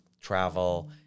travel